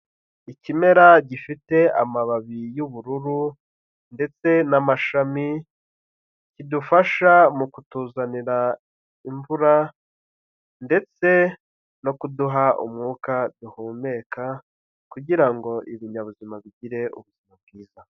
Ikimera gifite amababi y'ubururu ndetse n'amashami, kidufasha mu kutuzanira imvura ndetse no kuduha umwuka duhumeka kugira ngo ibinyabuzima bigire ubuzima bwiza.